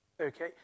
Okay